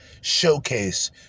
showcase